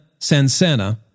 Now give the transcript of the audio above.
Sansana